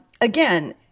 Again